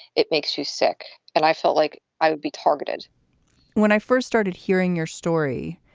it makes you sick and i felt like i would be targeted when i first started hearing your story.